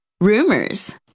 rumors